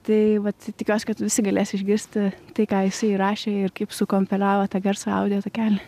tai vat tikriausiai kad visi galės išgirsti tai ką jisai įrašė ir kaip sukompiliavo tą garso audio takelį